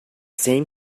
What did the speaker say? same